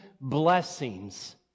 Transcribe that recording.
blessings